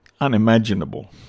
unimaginable